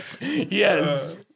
Yes